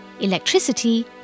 electricity